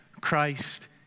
christ